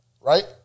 right